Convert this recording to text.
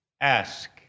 ask